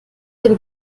den